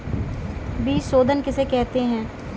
बीज शोधन किसे कहते हैं?